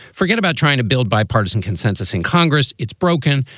forget about trying to build bipartisan consensus in congress. it's broken.